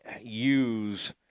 use –